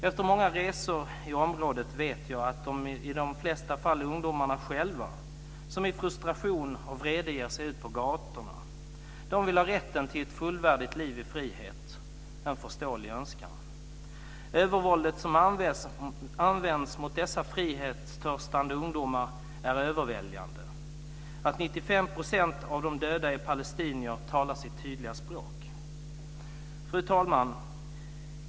Efter många resor i området vet jag att det i de flesta fall är ungdomarna själva som i frustration och vrede ger sig ut på gatorna. De vill ha rätten till ett fullvärdigt liv i frihet - en förståelig önskan. Övervåldet som används mot dessa frihetstörstande ungdomar är överväldigande. Att 95 % av de döda är palestinier talar sitt tydliga språk. Fru talman!